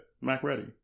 Macready